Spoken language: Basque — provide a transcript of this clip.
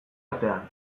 artean